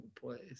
place